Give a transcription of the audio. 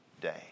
day